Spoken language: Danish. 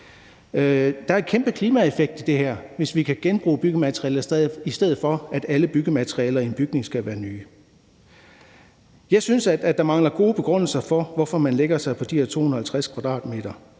Der er en kæmpe klimaeffekt i det her, hvis vi kan genbruge byggematerialer, i stedet for at alle byggematerialer i en bygning skal være nye. Jeg synes, at der mangler gode begrundelser for, hvorfor man lægger sig på de her 250 m²,